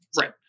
Right